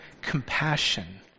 compassion